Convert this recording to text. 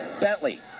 Bentley